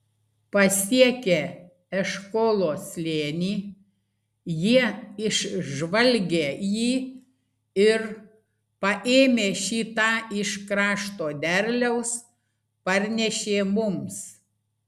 pasiekę eškolo slėnį jie išžvalgė jį ir paėmę šį tą iš krašto derliaus parnešė mums